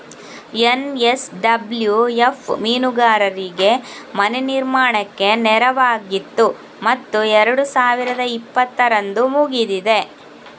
NSWF ಮೀನುಗಾರರಿಗೆ ಮನೆ ನಿರ್ಮಾಣಕ್ಕೆ ನೆರವಾಗಿತ್ತು ಮತ್ತು ಎರಡು ಸಾವಿರದ ಇಪ್ಪತ್ತರಂದು ಮುಗಿದಿದೆ